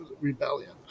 rebellion